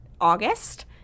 August